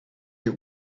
get